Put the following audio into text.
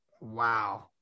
wow